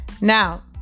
Now